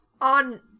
on